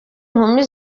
nkumi